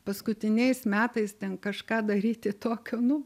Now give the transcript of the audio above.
paskutiniais metais ten kažką daryti tokio nu